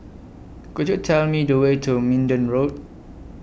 Could YOU Tell Me The Way to Minden Road